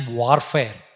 warfare